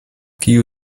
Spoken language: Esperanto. kiu